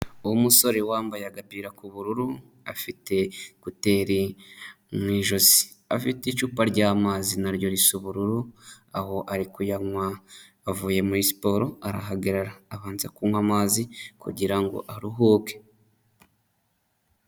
Umusore wambaye agapira k'ubururu afite ekuteri mu ijosi, afite icupa ry'amazi naryo risa ubururu aho ari kuyanywa, avuye muri siporo arahagarara abanza kunywa amazi kugira ngo aruhuke.